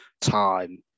time